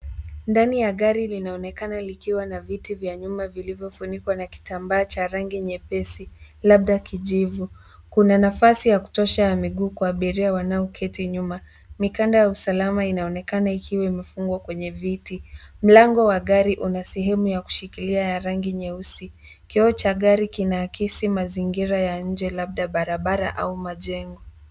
Ndani ya gari linaonekana likiwa na viti vya nyuma vilivyofunikwa na kitambaa cha rangi nyepesi labda kijivu. Kuna nafasi ya kutosha ya miguu kwa abiria wanaoketi nyuma. Mikanda ya usalama inaonekana ikiwa imefungwa kwenye viti. Mlango wa gari una sehemu ya kushikilia ya rangi nyeusi. Kioo cha gari kina akisi mazingira ya nje labda barabara au majengo.